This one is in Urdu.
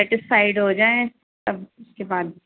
سیٹسفائیڈ ہو جائیں تب اس کے بعد